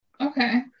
Okay